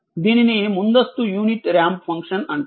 దీనిని ముందస్తు unit ramp function అంటారు